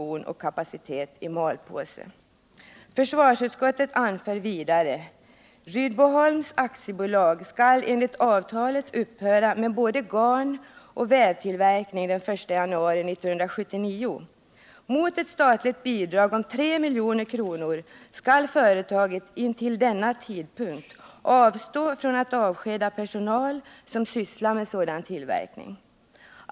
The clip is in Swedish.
Försvarsutskottet anför vidare: ”Rydboholms AB skall enligt avtalet upphöra med både garnoch vävtillverkning den 1 januari 1979. Mot ett statligt bidrag om 3 milj.kr. skall företaget intill denna tidpunkt avstå från att avskeda personal som sysslar med sådan tillverkning.